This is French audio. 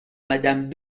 madame